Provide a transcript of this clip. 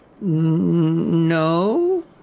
no